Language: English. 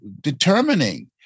determining